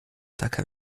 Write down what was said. taka